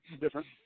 Different